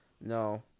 no